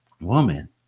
woman